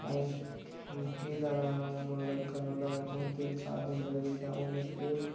मक्की दा दाना अलग करना होंदा कम से कम तिन्न चार दिन लगदे तां उनें एह्